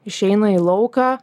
išeina į lauką